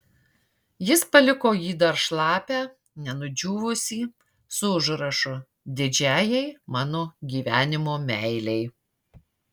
jis paliko jį dar šlapią nenudžiūvusį su užrašu didžiajai mano gyvenimo meilei